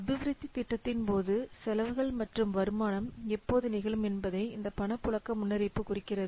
அபிவிருத்தி திட்டத்தின் போது செலவுகள் மற்றும் வருமானம் எப்போது நிகழும் என்பதை இந்த பணப்புழக்க முன்னறிவிப்பு குறிக்கிறது